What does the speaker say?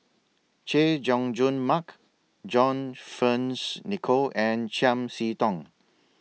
Chay Jung Jun Mark John Fearns Nicoll and Chiam See Tong